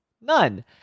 None